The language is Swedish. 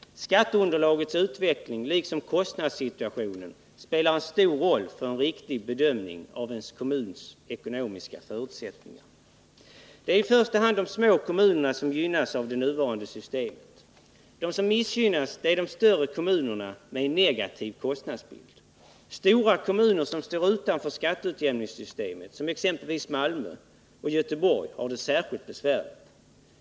Skatteunderlagets utveckling liksom kostnadssituationen spelar en stor roll för en riktig bedömning av en kommuns ekonomiska förutsättningar. Det är i första hand de små kommunerna som gynnas av det nuvarande systemet. De som missgynnas är de större kommunerna med en negativ kostnadsbild. Stora kommuner som står utanför skatteutjämningssystemet, exempelvis Malmö och Göteborg, har det särskilt besvärligt.